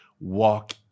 walk